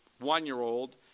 one-year-old